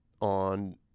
on